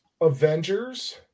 Avengers